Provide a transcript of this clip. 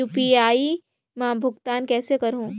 UPI मा भुगतान कइसे करहूं?